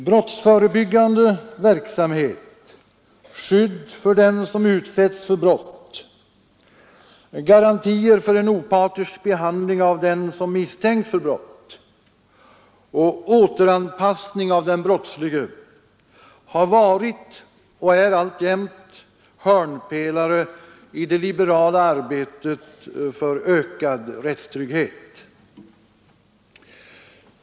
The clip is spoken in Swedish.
Brottsförebyggande verksamhet, skydd för den som utsätts för brott, garantier för en opartisk behandling av den som misstänks för brott och återanpassning av den brottslige har varit och är alltjämt hörnpelare i det liberala arbetet för ökad rättstrygghet.